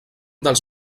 dels